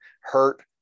hurt